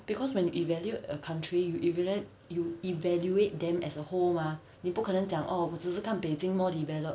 ya because when you evaluate a country you evaluate you evaluate them as a whole mah 你不可能讲 orh 我只是看 beijing more developed